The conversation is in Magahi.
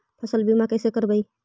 फसल बीमा कैसे करबइ?